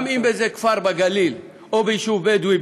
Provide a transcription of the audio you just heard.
גם אם באיזה כפר בגליל או ביישוב בדואי,